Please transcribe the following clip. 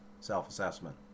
self-assessment